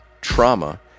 trauma